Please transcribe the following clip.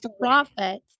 profit